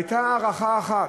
הייתה הארכה אחת,